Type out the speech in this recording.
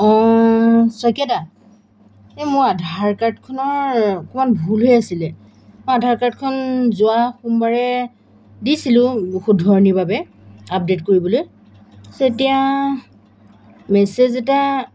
অঁ শইকীয়াদা এই মোৰ আধাৰ কাৰ্ডখনৰ অকণমান ভুল হৈ আছিলে মই আধাৰ কাৰ্ডখন যোৱা সোমবাৰে দিছিলোঁ শুধৰণিৰ বাবে আপডেট কৰিবলৈ পিছে এতিয়া মেছেজ এটা